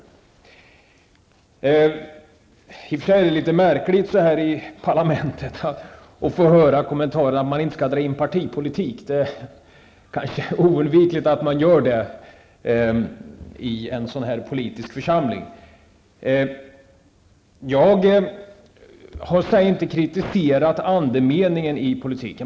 I och för sig är det litet märkligt att i parlamentet få höra kommentaren att man inte skall dra in partipolitik. Det är kanske oundvikligt att man gör det i en sådan här politisk församling. Jag har inte kritiserat andemeningen i politiken.